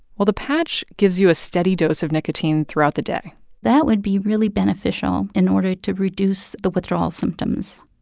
well, the patch gives you a steady dose of nicotine throughout the day that would be really beneficial in order to reduce the withdrawal symptoms.